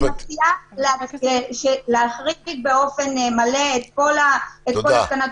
אני מציעה להחריג באופן מלא את כל התקנות